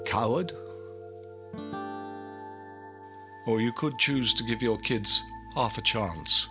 coward or you could choose to give your kids off the charts